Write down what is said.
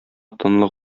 тынлык